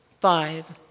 Five